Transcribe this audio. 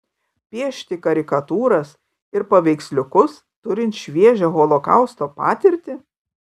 piešti karikatūras ir paveiksliukus turint šviežią holokausto patirtį